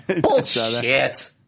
Bullshit